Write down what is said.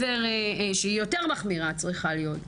שצריכה להיות יותר מחמירה,